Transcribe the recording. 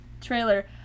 trailer